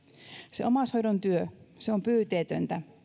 se omaishoidon työ on pyyteetöntä